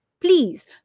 Please